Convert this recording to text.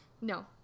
No